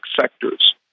sectors